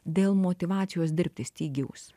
dėl motyvacijos dirbti stygiaus